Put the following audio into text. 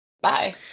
Bye